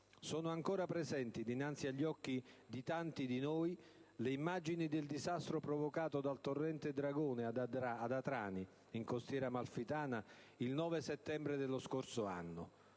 Sono ancora presenti dinanzi agli occhi di tanti di noi le immagini del disastro provocato dal torrente Dragone ad Atrani, in costiera amalfitana, il 9 settembre dello scorso anno.